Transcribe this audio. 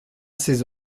ses